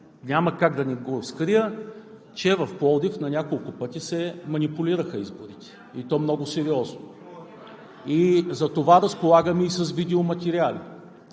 няма как да не го скрия, че в Пловдив на няколко пъти се манипулираха изборите, и то много сериозно, а за това разполагаме с видеоматериали.